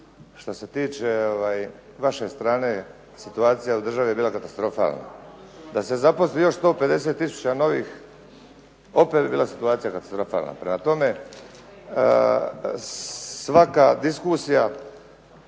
što se tiče vaše strane situacija u državi je bila katastrofalna. DA se zaposli još 150 tisuća novih opet bi bila situacija katastrofalna. Prema tome, svaka diskusija